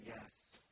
yes